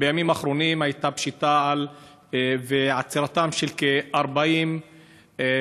בימים האחרונים היו פשיטה ומעצר של כ-40 רופאים,